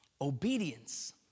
Obedience